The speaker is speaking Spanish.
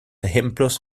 ejemplos